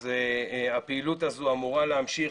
אז הפעילות הזו אמורה להמשיך.